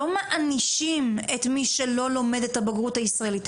לא מענישים את מי שלא לומד את הבגרות הישראלית.